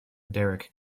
derek